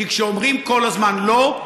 כי כשאומרים כל הזמן לא,